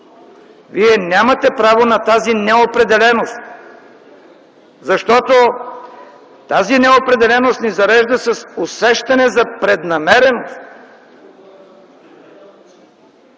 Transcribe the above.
Вие нямате право на тази неопределеност, защото тази неопределеност ни зарежда с усещане за преднамереност.